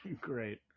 Great